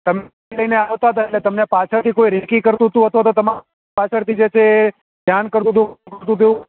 તમે લઈને આવતા હતા એટલે તમને પાછળથી કોઈ રીકીન્ગ કરતું હતું અથવા તો તમારી પાછળથી જે છે એ ધ્યાન કરતું હતું